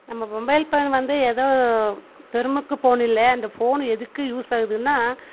நம்ம mobile phone வந்து எதோ பெருமைக்கு ஃபோனுல்லை இந்த ஃபோனு எதுக்கு யூஸ் ஆகுதுன்னால்